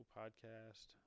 podcast